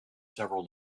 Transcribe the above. several